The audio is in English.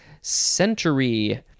century